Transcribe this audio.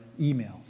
emails